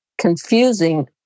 confusing